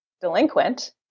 delinquent